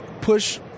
push